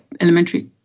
elementary